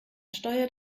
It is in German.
steuert